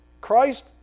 Christ